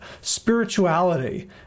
spirituality